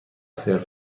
سرو